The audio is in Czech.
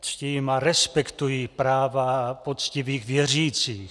Ctím a respektuji práva poctivých věřících.